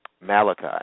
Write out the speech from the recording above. Malachi